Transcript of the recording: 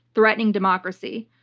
threatening democracy.